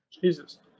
Jesus